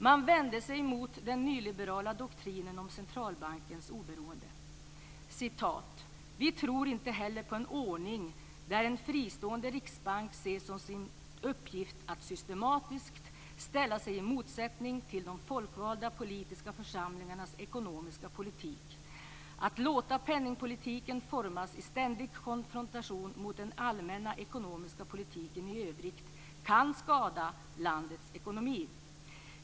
Man vände sig emot den nyliberala doktrinen om centralbankens oberoende. Man sade: "Vi tror inte heller på en ordning där en fristående riksbank ser som sin uppgift att systematiskt ställa sig i motsättning till de folkvalda politiska församlingarnas ekonomiska politik. Att låta penningpolitiken formas i ständig konfrontation mot den allmänna ekonomiska politiken i övrigt kan skada landets ekonomi."